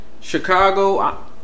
Chicago